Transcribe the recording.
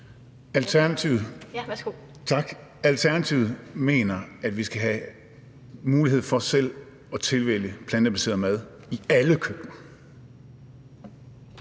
Alternativet mener, at vi skal have mulighed for selv at tilvælge plantebaseret mad i alle køkkener.